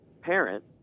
parent